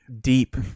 deep